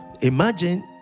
Imagine